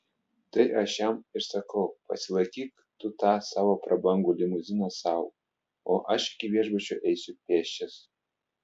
tai aš jam ir sakau pasilaikyk tu tą savo prabangu limuziną sau o aš iki viešbučio eisiu pėsčias